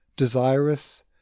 desirous